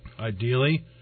Ideally